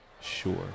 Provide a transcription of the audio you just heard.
sure